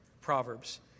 Proverbs